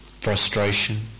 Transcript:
frustration